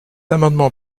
amendement